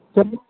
चलिए